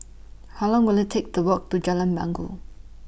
How Long Will IT Take to Walk to Jalan Bangau